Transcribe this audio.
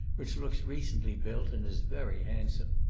which looks recently built, and is very handsome.